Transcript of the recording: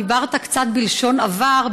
דיברת קצת בלשון עבר,